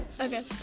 okay